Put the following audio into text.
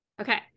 Okay